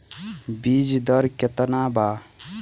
बीज दर केतना वा?